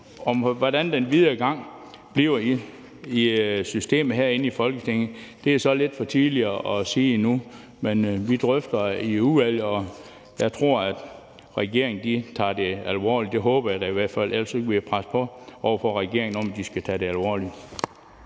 hvordan den videre gang bliver i systemet herinde i Folketinget, er det jo så lidt for tidligt at sige endnu, men vi drøfter det i udvalget, og jeg tror, at regeringen tager det alvorligt. Det håber jeg da i hvert fald. Men ellers kan vi presse på over for regeringen, så de tager det alvorligt.